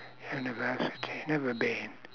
university never been